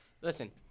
Listen